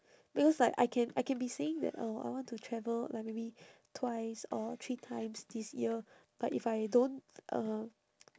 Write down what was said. because like I can I can be saying that uh I want to travel like maybe twice or three times this year but if I don't um